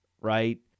right